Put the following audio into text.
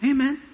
Amen